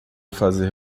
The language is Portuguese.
fazer